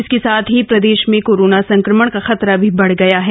इसके साथ ही प्रदेश में कोरोना संक्रमण का खतरा भी बढ़ गया है